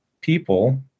people